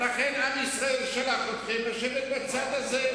עשיתם את זה כל השנים, ואתם ממשיכים לעשות.